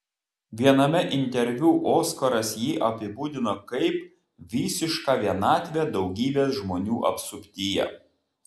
viename interviu oskaras jį apibūdino kaip visišką vienatvę daugybės žmonių apsuptyje